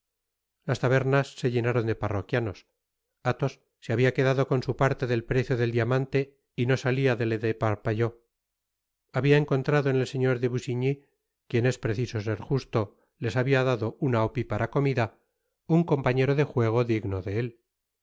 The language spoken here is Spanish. las tabernas se llenaron de parroquianos athos se habia quedado con su parte del precio del diamante y no salía de la de parpaillot habia encontrado en el señor de busiñy quien es preciso ser justo ies habia dado una opípara comida un compañero de juego digno de él